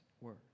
word